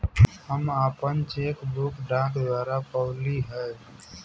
हम आपन cheque book डाक द्वारा पउली है